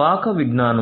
పాక విజ్ఞాన